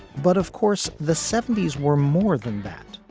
but of course, the seventy s were more than band,